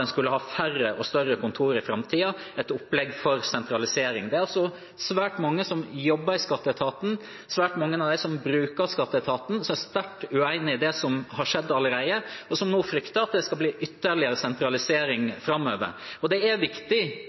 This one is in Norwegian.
en skulle ha færre og større kontor i framtiden, et opplegg for sentralisering. Det er svært mange som jobber i skatteetaten, og svært mange av dem som bruker skatteetaten, som er sterkt uenig i det som har skjedd allerede, og som nå frykter at det skal bli ytterligere sentralisering framover. Det er viktig